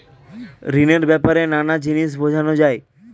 ঋণের ব্যাপারে নানা জিনিস বোঝানো যায়